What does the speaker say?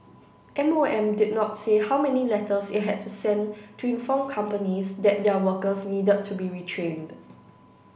M O M did not say how many letters it had to sent to inform companies that their workers needed to be retrained